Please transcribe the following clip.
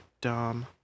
dumb